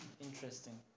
interesting